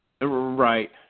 Right